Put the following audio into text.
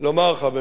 חבר הכנסת